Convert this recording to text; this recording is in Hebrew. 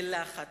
בלחץ,